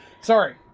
Sorry